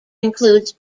includes